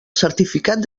certificat